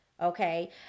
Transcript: okay